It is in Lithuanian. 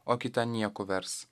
o kitą nieku vers